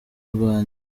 rwanjye